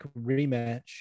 rematch